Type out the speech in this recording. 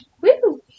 Woo